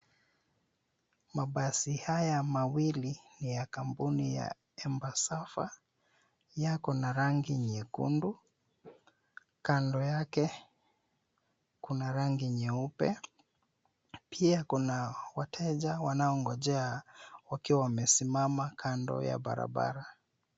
Mabasi haya mawili ni ya kampuni ya Embassava . Yako na rangi nyekundu, kando yake kuna rangi nyeupe na pia kuna wateja wanaongojea wakiwa wamesimama kando ya barabara.